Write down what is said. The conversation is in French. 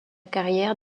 carrière